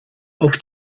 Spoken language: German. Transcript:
auf